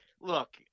Look